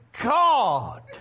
God